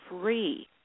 free